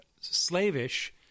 slavish